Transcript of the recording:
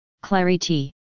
Clarity